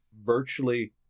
virtually